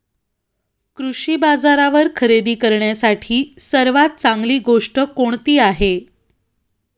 कृषी बाजारावर खरेदी करण्यासाठी सर्वात चांगली गोष्ट कोणती आहे?